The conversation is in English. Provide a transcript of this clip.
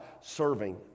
serving